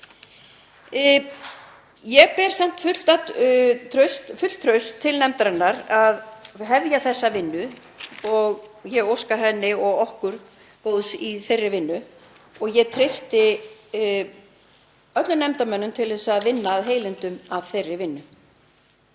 Ég ber samt fullt traust til nefndarinnar að hefja þessa vinnu og ég óska henni og okkur góðs í þeirri vinnu og ég treysti öllum nefndarmönnum til að vinna af heilindum að henni.